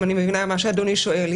אם אני מבינה מה שאדוני שואל.